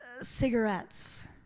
cigarettes